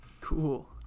Cool